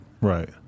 Right